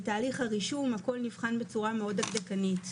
בתהליך הרישום הכול נבחן בצורה מאוד דקדקנית,